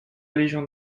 légion